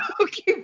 okay